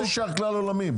מה זה שייך כלל עולמי?